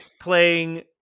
playing